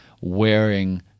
wearing